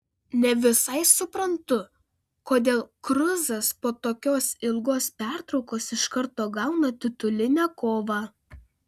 ne visai suprantu kodėl kruzas po tokios ilgos pertraukos iš karto gauna titulinę kovą